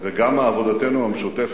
וגם מעבודתנו המשותפת,